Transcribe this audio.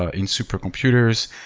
ah in super computers.